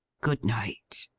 good night.